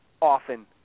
often